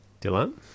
Dylan